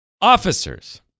officers